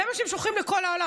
זה מה שהם שולחים לכל העולם.